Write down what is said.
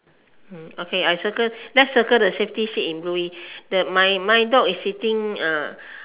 okay I circle let's circle the safety seat in blue the my my dog is sitting uh